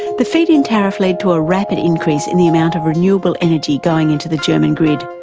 the feed-in tariff led to a rapid increase in the amount of renewable energy going into the german grid,